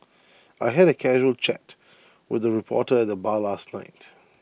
I had A casual chat with A reporter at the bar last night